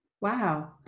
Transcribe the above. Wow